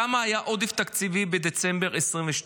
כמה היה העודף התקציבי בדצמבר 2022?